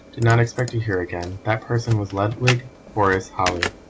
did not expect to hear again, that person was ludwig horace holly.